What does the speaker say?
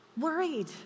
Worried